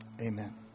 Amen